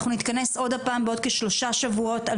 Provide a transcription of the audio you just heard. אנחנו נתכנס עוד פעם בעוד כשלושה שבועות על